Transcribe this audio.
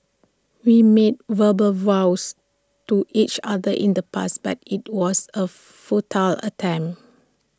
we made verbal vows to each other in the past but IT was A futile attempt